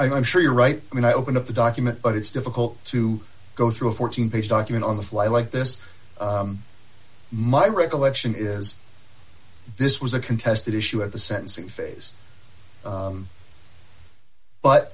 i'm sure you're right when i open up the document but it's difficult to go through a fourteen page document on the fly like this my recollection is this was a contested issue at the sentencing phase